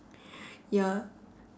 ya